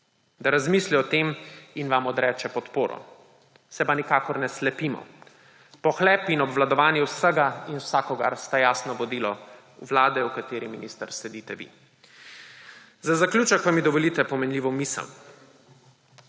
da razmisli o tem in vam odreče podporo. Se pa nikakor ne slepimo. Pohlep in obvladovanje vsega in vsakogar sta jasno vodilo vlade, v kateri, minister, sedite vi. Za zaključek pa mi dovolite pomenljivo misel.